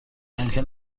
ممکن